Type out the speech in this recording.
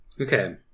okay